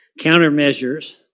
countermeasures